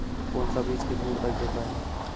कौन सा बीज कितनी उपज देता है?